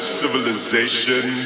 civilization